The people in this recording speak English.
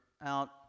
out